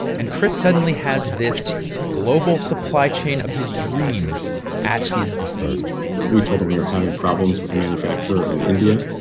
and chris suddenly has this global supply chain of his dreams at his disposal we told them we were having problems with a manufacturer in india.